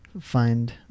find